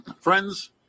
Friends